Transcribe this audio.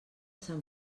sant